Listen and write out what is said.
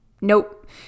nope